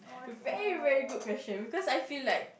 very very good question because I feel like